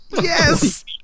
yes